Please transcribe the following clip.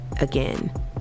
again